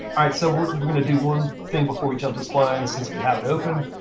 all right, so we're going to do one thing before we jump to splines, since we have to open.